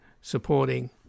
supporting